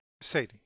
Sadie